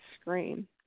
screen